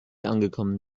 angekommen